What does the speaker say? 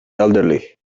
elderly